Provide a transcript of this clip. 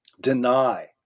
deny